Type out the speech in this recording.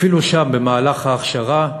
אפילו שם, במהלך ההכשרה,